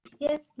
Yes